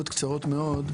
קצרות מאוד.